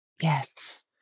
Yes